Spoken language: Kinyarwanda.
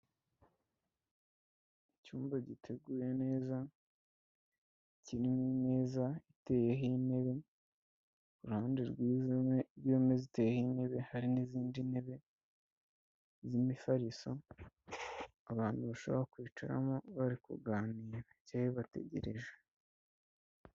Icyumba giteguye neza kirimo imeza iteyeho intebe ku ruhande rwiza rwme ziteyeri intebe hari n'izindi ntebe z'imifariso abantu bashoboraho kwicaramo bari kuganira cyari bategereje.